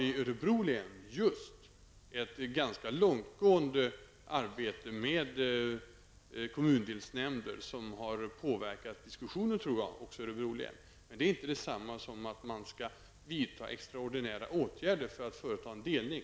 I Örebro län finns det ett ganska långtgående arbete med kommundelsnämnder som har påverkat diskussionen. Det är inte detsamma som att man skall vidta extraordinära åtgärder för att företa en delning.